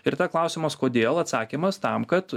ir tada klausimas kodėl atsakymas tam kad